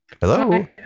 hello